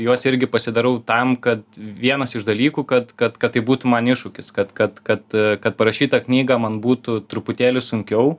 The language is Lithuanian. juos irgi pasidarau tam kad vienas iš dalykų kad kad kad tai būtų man iššūkis kad kad kad kad parašyt tą knygą man būtų truputėlį sunkiau